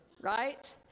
Right